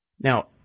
Now